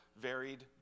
varied